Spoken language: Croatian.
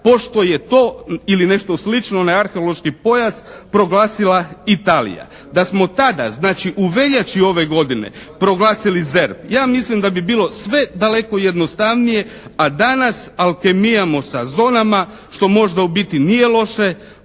pošto je to ili nešto slično onaj arheološki pojas proglasila Italija. Da smo tada, znači u veljači ove godine proglasili ZERP ja mislim da bi bilo sve daleko jednostavnije danas alkemijamo sa zonama, što možda u biti nije loše